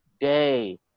day